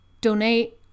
donate